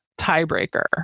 tiebreaker